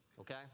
okay